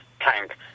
tank